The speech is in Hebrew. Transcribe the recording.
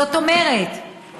זאת אומרת,